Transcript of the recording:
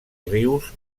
rius